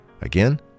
Again